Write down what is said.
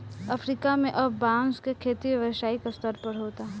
Africa में अब बांस के खेती व्यावसायिक स्तर पर होता